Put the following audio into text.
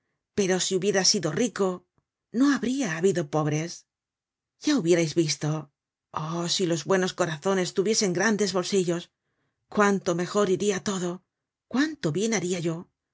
pero si hubiera sido rico no habria hábido pobres ya hubiérais visto oh si los buenos corazones tuviesen grandes bolsillos cuánto mejor iria todo cuánto bien haria yo